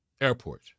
airport